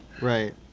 Right